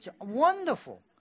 Wonderful